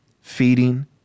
Feeding